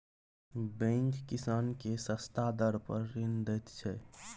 bank किसान केँ सस्ता दर पर ऋण दैत छै